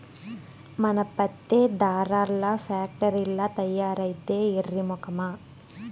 మన పత్తే దారాల్ల ఫాక్టరీల్ల తయారైద్దే ఎర్రి మొకమా